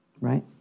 right